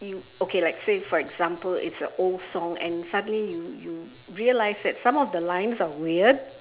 you okay like say for example it's a old song and suddenly you you realize that some of the lines are weird